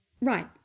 Right